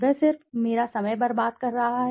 वह सिर्फ मेरा समय बर्बाद कर रहा है